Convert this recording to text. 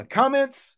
comments